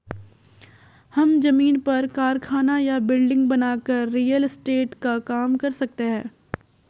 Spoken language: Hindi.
हम जमीन पर कारखाना या बिल्डिंग बनाकर रियल एस्टेट का काम कर सकते है